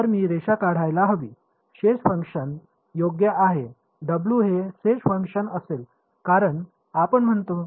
तर मी रेषा काढायला हवी शेप फंक्शन्स योग्य आहेत डब्ल्यू हे शेप फंक्शन्स असेल कारण आपण म्हणतो